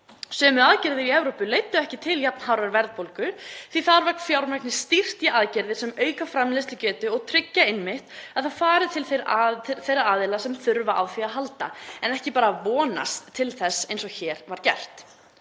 Sömu aðgerðir í Evrópu leiddu ekki til jafn hárrar verðbólgu því þar var fjármagni stýrt í aðgerðir sem auka framleiðslugetu og tryggja einmitt að það fari til þeirra aðila sem þurfa á því að halda en ekki bara vonast til þess eins og hér var gert.